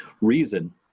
reason